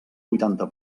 vuitanta